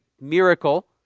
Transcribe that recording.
miracle